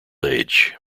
age